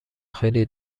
خیلی